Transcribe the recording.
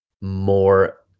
more